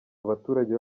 abaturage